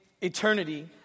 eternity